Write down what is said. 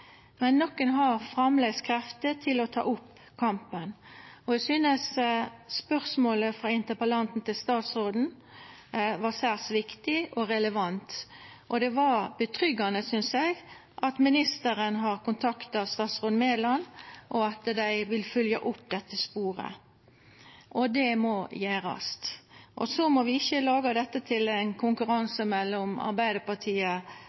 Men nokre har framleis krefter til å ta opp kampen. Eg synest spørsmålet frå interpellanten til statsråden er særs viktig og relevant. Det er bra, synest eg, at ministeren har kontakta statsråd Mæland, og at dei vil følgja opp dette sporet. Det må gjerast. Så må vi ikkje laga dette til ein konkurranse mellom Arbeidarpartiet